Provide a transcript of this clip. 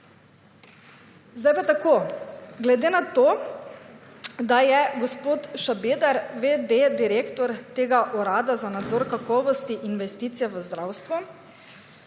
glede na to, da je gospod Šabeder v.d. direktorja tega Urada za nadzor kakovosti in investicije v zdravstvu,